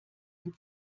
dem